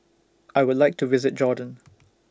I Would like to visit Jordan